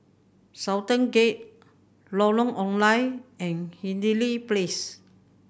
Sultan Gate Lorong Ong Lye and Hindhede Place